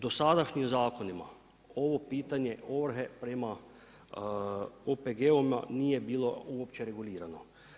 Dosadašnjim zakonima, ovo pitanje ovrhe prema OPG-ovima nije bilo uopće regulirano.